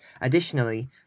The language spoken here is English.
Additionally